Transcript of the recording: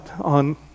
on